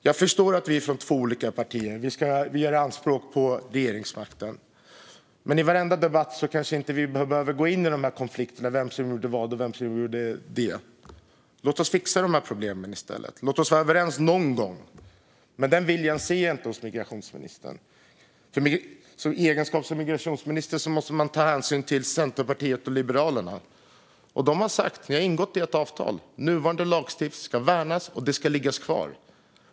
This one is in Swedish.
Jag förstår att vi är från två olika partier, och båda gör anspråk på regeringsmakten, men i varenda debatt kanske vi inte behöver gå in i konflikterna om vem som gjorde vad, utan låt oss fixa de här problemen i stället. Låt oss vara överens någon gång! Jag ser inte den viljan hos migrationsministern. I egenskap av migrationsminister måste man ta hänsyn till Centerpartiet och Liberalerna, och ni har ingått ett avtal med dem om att nuvarande lagstiftning ska värnas och ligga kvar.